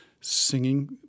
singing